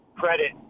credit